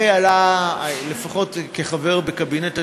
לפחות כחבר בקבינט הדיור,